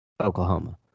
Oklahoma